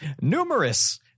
numerous